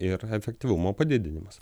ir efektyvumo padidinimas